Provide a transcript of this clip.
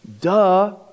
Duh